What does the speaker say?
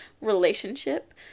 relationship